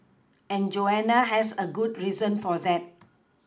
and Joanna has a good reason for that